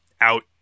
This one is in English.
out